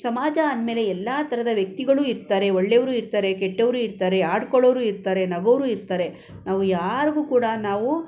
ಸಮಾಜ ಅಂದಮೇಲೆ ಎಲ್ಲ ಥರದ ವ್ಯಕ್ತಿಗಳು ಇರ್ತಾರೆ ಒಳ್ಳೆಯವರು ಇರ್ತಾರೆ ಕೆಟ್ಟವರು ಇರ್ತಾರೆ ಆಡ್ಕೊಳ್ಳೋರು ಇರ್ತಾರೆ ನಗೋರು ಇರ್ತಾರೆ ನಾವು ಯಾರಿಗೂ ಕೂಡ ನಾವು